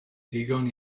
digon